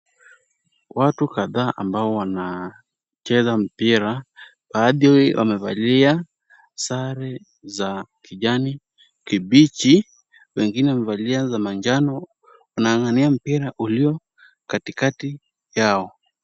Watu kadhaa ambao wanacheza mpira, baadhi wamevalia sare za kijani kibichi, wengine wamevalia za manjano wanang'ang'ania mpira ulio katikati yao.